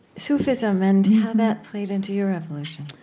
sufism and how that played into your evolution